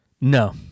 No